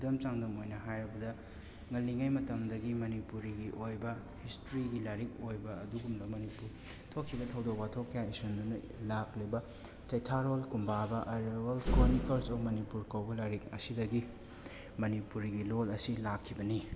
ꯈꯨꯗꯝ ꯆꯥꯡꯗꯝ ꯑꯣꯏꯅ ꯍꯥꯏꯔꯕꯗ ꯉꯜꯂꯤꯉꯩ ꯃꯇꯝꯗꯒꯤ ꯃꯅꯤꯄꯨꯔꯤꯒꯤ ꯑꯣꯏꯕ ꯍꯤꯁꯇ꯭ꯔꯤꯒꯤ ꯂꯥꯏꯔꯤꯛ ꯑꯣꯏꯕ ꯑꯗꯨꯒꯨꯝꯕ ꯃꯅꯤꯄꯨꯔ ꯊꯣꯛꯈꯤꯕ ꯊꯧꯗꯣꯛ ꯋꯥꯊꯣꯛ ꯀꯌꯥ ꯏꯁꯟꯗꯨꯅ ꯂꯥꯛꯂꯤꯕ Cheitharol Kumbaba a royal chronicles of Manipur ꯀꯧꯕ ꯂꯥꯏꯔꯤꯛ ꯑꯁꯤꯗꯒꯤ ꯃꯅꯤꯄꯨꯔꯤꯒꯤ ꯂꯣꯜ ꯑꯁꯤ ꯂꯥꯛꯈꯤꯕꯅꯤ